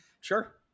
sure